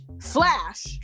Flash